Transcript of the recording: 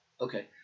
Okay